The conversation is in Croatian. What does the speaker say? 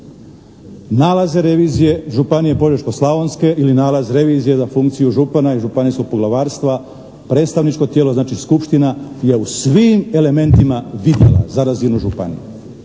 Nalaze revizije Županije požeško-slavonske ili nalaz revizije za funkciju župana i županijskog poglavarstva predstavničko tijelo znači skupština je u svim elementima vidjela za razinu županije.